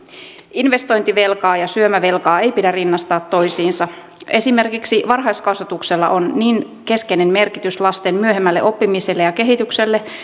investointivelkaa ja syömävelkaa ei pidä rinnastaa toisiinsa esimerkiksi varhaiskasvatuksella on niin keskeinen merkitys lasten myöhemmälle oppimiselle ja kehitykselle